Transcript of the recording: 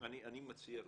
אני מציע לכם,